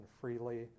freely